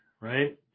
right